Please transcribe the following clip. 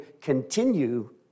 continue